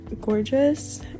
gorgeous